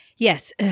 Yes